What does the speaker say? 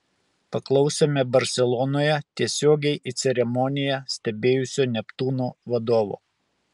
paklausėme barselonoje tiesiogiai ceremoniją stebėjusio neptūno vadovo